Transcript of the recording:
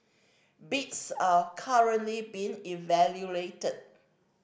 bids are currently being evaluated